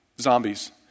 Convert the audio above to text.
Zombies